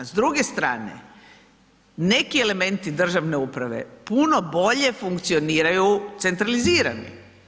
S druge strane, neki elementi državne uprave puno bolje funkcioniraju centralizirani.